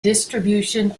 distribution